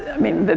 i mean,